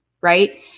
right